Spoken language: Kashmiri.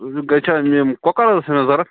گَرِ چھِ حظ یِم کۄکَرحظ چھِ مےٚ ضرورت